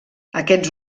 aquests